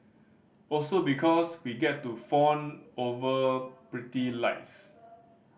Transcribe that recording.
also because we get to fawn over pretty lights